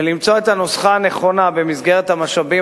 ולמצוא את הנוסחה הנכונה במסגרת המשאבים